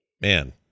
man